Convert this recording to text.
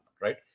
right